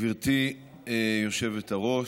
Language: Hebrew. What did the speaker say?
גברתי היושבת-ראש,